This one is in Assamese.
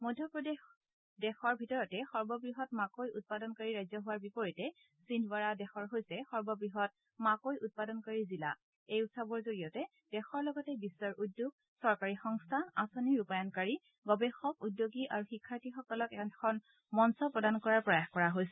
মধ্যপ্ৰদেশ দেশৰ ভিতৰতে সৰ্ববৃহৎ মাকৈ উৎপাদনকাৰী ৰাজ্য হোৱাৰ বিপৰীতে সিন্ধৱাড়া দেশৰ হৈছে সৰ্ববহৎ মাকৈ উৎপাদনকাৰী জিলা এই উৎসৱৰ জৰিয়তে দেশৰ লগতে বিশ্বৰ উদ্যোগ চৰকাৰী সংস্থা আঁচনি ৰূপায়ণকাৰী গৱেষক উদ্যোগী আৰু শিক্ষাৰ্থীসকলক এখন মঞ্চ প্ৰদান কৰাৰ প্ৰয়াস কৰা হৈছে